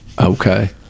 Okay